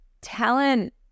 talent